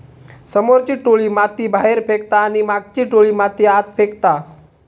समोरची टोळी माती बाहेर फेकता आणि मागची टोळी माती आत फेकता